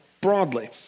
broadly